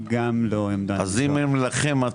צהריים טובים לכולם,